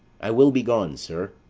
i will be gone, sir,